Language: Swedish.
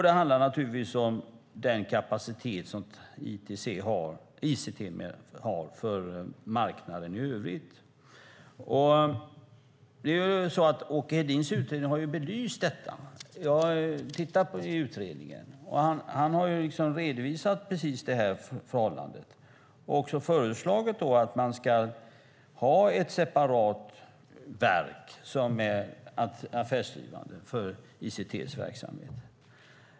Det handlar om den kapacitet som ICT har för marknaden i övrigt. Åke Hedéns utredning har belyst detta. Jag har tittat i utredningen. Han har redovisat det här förhållandet och föreslagit att man ska ha ett separat affärsdrivande verk för ICT:s verksamhet.